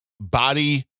body